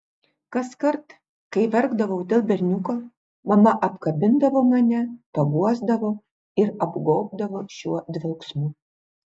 kaskart kai verkdavau dėl berniuko mama apkabindavo mane paguosdavo ir apgobdavo šiuo dvelksmu